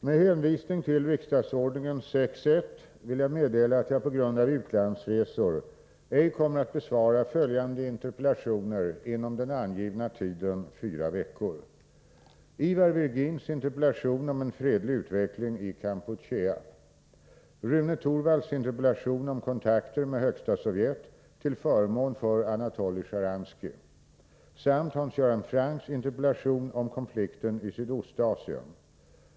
Med hänvisning till riksdagsordningens 6 kap. 18 vill jag meddela att jag på grund av utlandsresor ej kommer att besvara följande interpellationer inom den angivna tiden fyra veckor: Ivar Virgins interpellation om en fredlig utveckling i Kampuchea, Rune Torwalds interpellation om kontakter med Högsta Sovjet till förmån för Anatoly Scharansky och Hans Göran Francks interpellation om konflikten i Sydostasien.